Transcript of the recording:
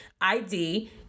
ID